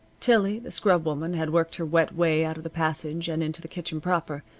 tillie, the scrubwoman, had worked her wet way out of the passage and into the kitchen proper.